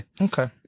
Okay